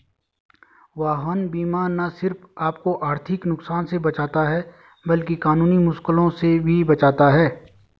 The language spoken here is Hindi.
वाहन बीमा न सिर्फ आपको आर्थिक नुकसान से बचाता है, बल्कि कानूनी मुश्किलों से भी बचाता है